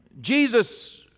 Jesus